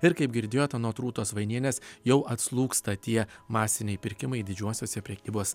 ir kaip girdėjot anot rūtos vainienės jau atslūgsta tie masiniai pirkimai didžiuosiuose prekybos